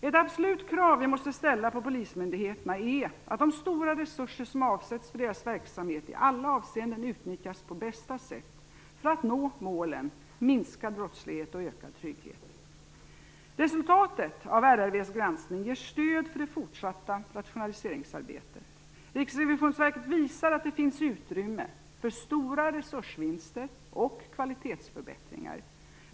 Ett absolut krav vi måste ställa på polismyndigheterna är att de stora resurser som avsätts för deras verksamhet i alla avseenden utnyttjas på bästa sätt för att nå målen minskad brottslighet och ökad trygghet. Resultatet av RRV:s granskning ger stöd för det fortsatta rationaliseringsarbetet. Riksrevisionsverket visar att det finns utrymme för stora resursvinster och kvalitetsförbättringar.